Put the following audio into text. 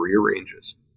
rearranges